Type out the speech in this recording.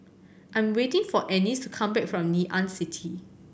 I am waiting for Ennis to come back from Ngee Ann City